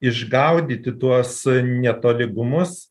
išgaudyti tuos netolygumus